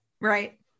Right